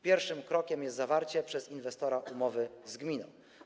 Pierwszym krokiem jest zawarcie przez inwestora umowy z gminą.